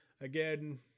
Again